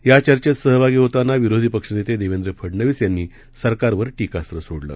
या चर्येत सहभागी होताना विरोधी पक्षनेते देवेंद्र फडनवीस यांनी सरकारवर टीकास्व सोडलं